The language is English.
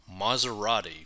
Maserati